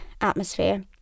atmosphere